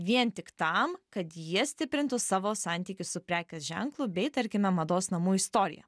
vien tik tam kad jie stiprintų savo santykius su prekės ženklu bei tarkime mados namų istorija